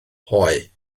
hoe